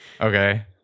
Okay